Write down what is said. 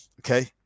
okay